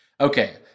Okay